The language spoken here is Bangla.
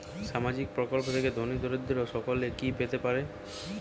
সামাজিক প্রকল্প থেকে ধনী দরিদ্র সকলে কি পেতে পারে?